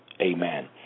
amen